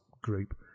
group